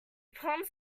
palms